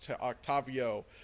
Octavio